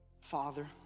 Father